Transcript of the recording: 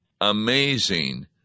amazing